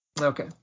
Okay